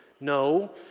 No